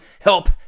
help